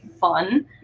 fun